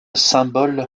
symbole